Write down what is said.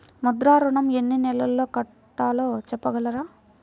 ముద్ర ఋణం ఎన్ని నెలల్లో కట్టలో చెప్పగలరా?